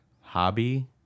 hobby